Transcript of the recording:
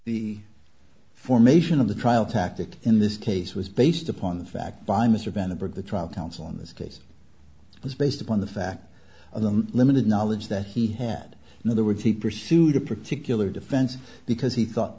the formation of the trial tactic in this case was based upon the fact by mr bennett at the trial counsel in this case it was based upon the fact of the limited knowledge that he had in other words he pursued a particular defense because he thought